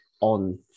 on